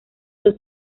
dos